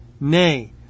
nay